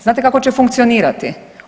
Znate kako će funkcionirati?